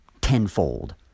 tenfold